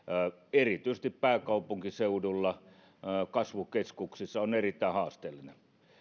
erityisesti pääkaupunkiseudulla kasvukeskuksissa on erittäin haasteellista